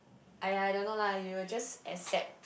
!aiya! I don't know lah you will just accept